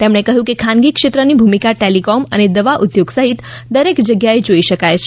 તેમણે કહ્યું કે ખાનગી ક્ષેત્રની ભૂમિકા ટેલિકોમ અને દવા ઉદ્યોગ સહિત દરેક જગ્યાએ જોઇ શકાય છે